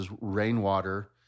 rainwater